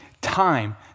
time